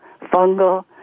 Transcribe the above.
fungal